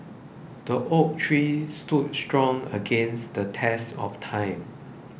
the oak tree stood strong against the test of time